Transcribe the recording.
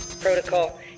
protocol